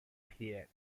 period